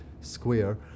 square